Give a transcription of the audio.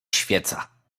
świeca